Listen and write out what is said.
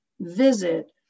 visit